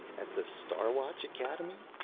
at the star watch academy?